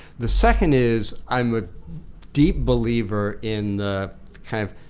the second is i'm deep believer in the kind of,